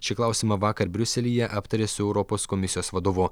šį klausimą vakar briuselyje aptarė su europos komisijos vadovu